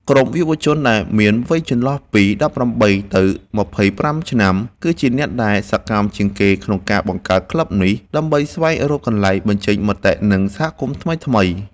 ក្រុមយុវជនដែលមានវ័យចន្លោះពី ១៨ ដល់ ២៥ ឆ្នាំ គឺជាអ្នកដែលសកម្មជាងគេក្នុងការបង្កើតក្លឹបនេះ ដើម្បីស្វែងរកកន្លែងបញ្ចេញមតិ និងសហគមន៍ថ្មីៗ។